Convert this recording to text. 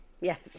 Yes